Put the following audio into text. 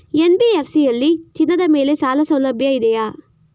NBFC ಯಲ್ಲಿ ಚಿನ್ನದ ಮೇಲೆ ಸಾಲಸೌಲಭ್ಯ ಇದೆಯಾ?